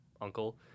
uncle